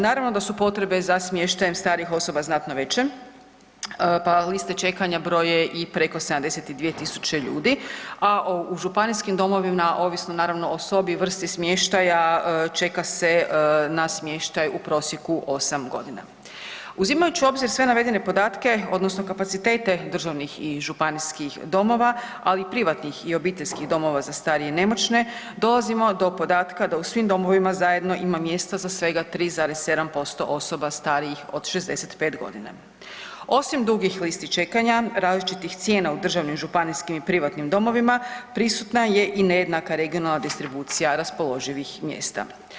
Naravno da su potrebe za smještajem starijih osoba znatno veće, pa liste čekanja broje i preko 72.000 ljudi, a u županijskim domovima ovisno naravno o sobi i vrsti smještaja čeka se na smještaj u prosjeku 8.g. Uzimajući u obzir sve navedene podatke odnosno kapacitete državnih i županijskih domova, ali i privatnih i obiteljskih domova za starije i nemoćne dolazimo do podatka da u svim domovima zajedno ima mjesta za svega 3,7% osoba starijih od 65.g. Osim dugih listi čekanja, različitih cijena u državnim i županijskim i privatnim domovima prisutna je i nejednaka regionalna distribucija raspoloživih mjesta.